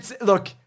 look